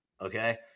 Okay